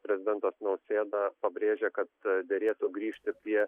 prezidentas nausėda pabrėžė kad derėtų grįžti prie